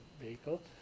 vehicle